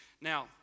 Now